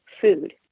food